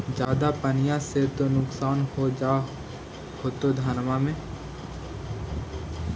ज्यादा पनिया से तो नुक्सान हो जा होतो धनमा में?